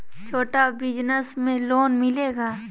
छोटा बिजनस में लोन मिलेगा?